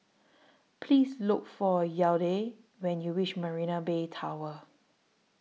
Please Look For Yadiel when YOU REACH Marina Bay Tower